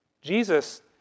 Jesus